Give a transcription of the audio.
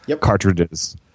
cartridges